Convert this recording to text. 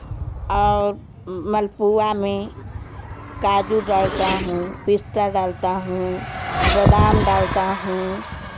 और मालपुआ में काजू डालता हूँ पिस्ता डालता हूँ बादाम डालता हूँ